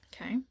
Okay